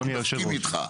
אני מסכים איתך.